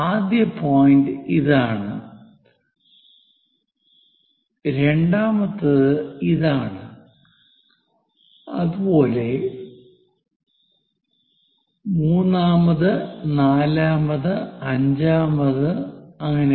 ആദ്യ പോയിന്റ് ഇതാണ് രണ്ടാമത്തേത് ഇതാണ് അതുപോലെ മൂന്നാമത് നാലാമത് അഞ്ചാമത് അങ്ങനെ